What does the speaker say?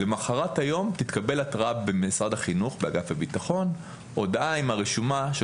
למחרת היום תתקבל התרעה במשרד החינוך באגף הביטחון עם הרשומה של